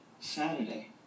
Saturday